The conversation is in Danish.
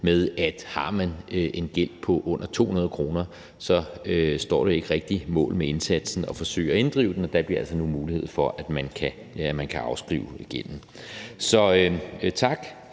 på, at har man en gæld på under 200 kr., står det ikke rigtig mål med indsatsen at forsøge at inddrive den, og der bliver nu altså mulighed for, at gælden kan afskrives. Så tak